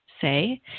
say